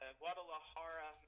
guadalajara